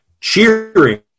cheering